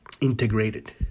Integrated